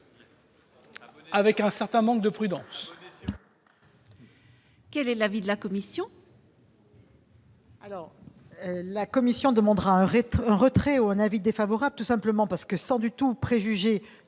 avec un certain manque de prudence